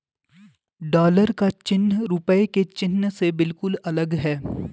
dollar का चिन्ह रूपए के चिन्ह से बिल्कुल अलग है